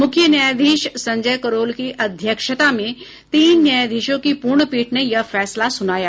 मुख्य न्यायाधीश संजय करोल की अध्यक्षता में तीन न्यायाधीशों की पूर्ण पीठ ने यह फैसला सुनाया